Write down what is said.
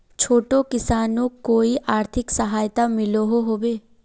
छोटो किसानोक कोई आर्थिक सहायता मिलोहो होबे?